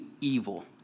evil